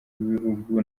b’ibihugu